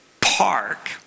park